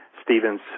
Stevens